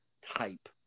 type